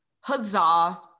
Huzzah